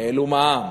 העלו מע"מ.